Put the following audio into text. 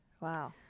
Wow